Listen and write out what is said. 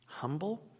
humble